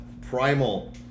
primal